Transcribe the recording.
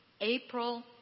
April